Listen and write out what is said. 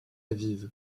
aviv